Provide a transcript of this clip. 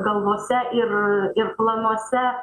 galvose ir ir planuose